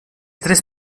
tres